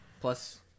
Plus